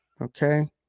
Okay